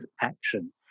action